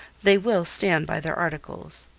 they will stand by their articles,